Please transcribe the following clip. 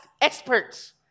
experts